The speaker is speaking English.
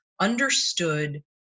understood